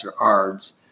ARDS